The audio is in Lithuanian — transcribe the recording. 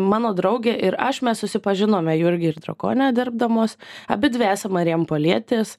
mano draugė ir aš mes susipažinome jurgy ir drakone dirbdamos abidvi esam marijampolietės